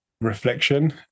reflection